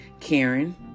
Karen